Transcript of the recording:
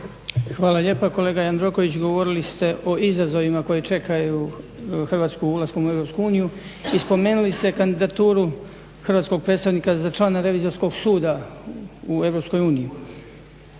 Hvala lijepa. Kolega Jandroković govorili ste o izazovima koji čekaju Hrvatsku ulaskom u EU i spomenuli ste kandidaturu hrvatskog predstavnika za člana Revizorskog suda u EU.